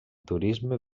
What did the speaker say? turisme